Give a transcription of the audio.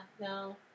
no